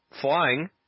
flying